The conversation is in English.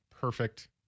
perfect